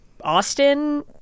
Austin